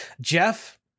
Jeff